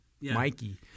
Mikey